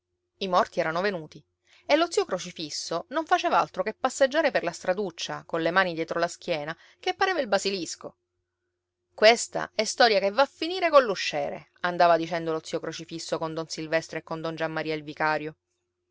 i morti erano venuti e lo zio crocifisso non faceva altro che passeggiare per la straduccia colle mani dietro la schiena che pareva il basilisco questa è storia che va a finire coll'usciere andava dicendo lo zio crocifisso con don silvestro e con don giammaria il vicario